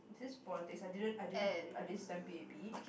is this politics I didn't I didn't I didn't stan P_A_P